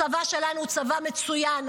הצבא שלנו הוא צבא מצוין,